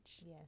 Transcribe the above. yes